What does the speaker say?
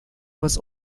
was